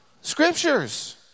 scriptures